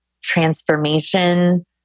transformation